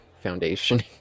foundation